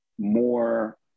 more